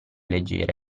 leggera